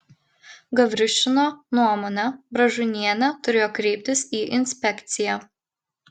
gavriušino nuomone bražunienė turėjo kreiptis į inspekciją